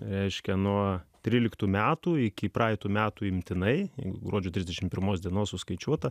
reiškia nuo tryliktų metų iki praeitų metų imtinai iki gruodžio trisdešim pirmos dienos suskaičiuota